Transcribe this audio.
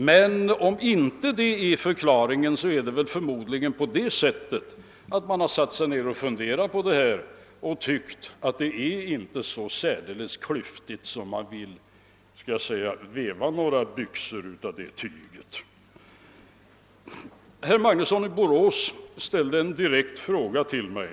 Men om detta inte är förklaringen förhåller det sig förmodligen på det sättet, att man satt sig ned och funderat på den här saken och funnit att systemet inte är särdeles klyftigt — och att man så att säga vill väva några byxor av det tyget. Herr Magnusson i Borås ställde en direkt fråga till mig.